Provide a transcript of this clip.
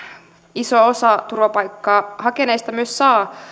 iso osa turvapaikkaa hakeneista myös saa